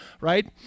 right